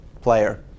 player